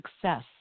success